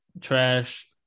trash